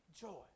joy